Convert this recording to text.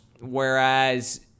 whereas